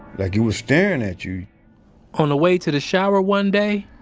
like it was staring at you on the way to the shower one day,